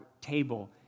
table